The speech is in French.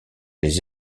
les